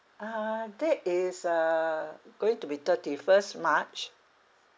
uh that is uh going to be thirty first march